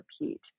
repeat